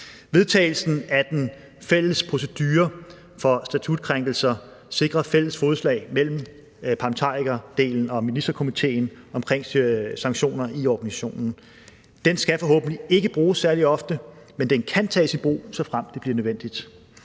Vedtagelsen af den fælles procedure for statutkrænkelser sikrer fælles fodslag mellem parlamentarikerdelen og Ministerkomiteen omkring sanktioner i organisationen. Den skal forhåbentlig ikke bruges særlig ofte, men den kan tages i brug, såfremt det bliver nødvendigt.